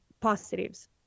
positives